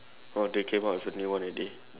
oh they came out with a new one already